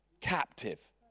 captive